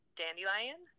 dandelion